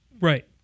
Right